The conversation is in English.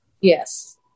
Yes